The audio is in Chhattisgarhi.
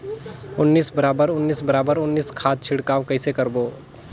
उन्नीस बराबर उन्नीस बराबर उन्नीस खाद छिड़काव कइसे करबो?